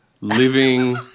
living